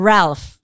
Ralph